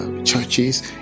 Churches